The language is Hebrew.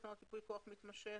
לתקנות ייפוי כוח מתמשך.